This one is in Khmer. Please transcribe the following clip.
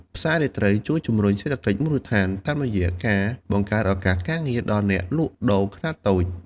ផ្សាររាត្រីជួយជំរុញសេដ្ឋកិច្ចមូលដ្ឋាន តាមរយៈការបង្កើតឱកាសការងារដល់អ្នកលក់ដូរខ្នាតតូច។